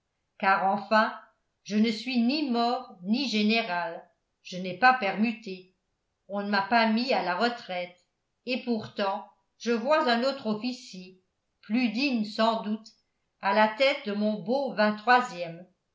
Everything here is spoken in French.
car enfin je ne suis ni mort ni général je n'ai pas permuté on ne m'a pas mis à la retraite et pourtant je vois un autre officier plus digne sans doute à la tête de mon beau